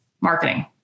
Marketing